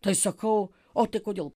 tai sakau o tai kodėl